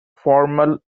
formal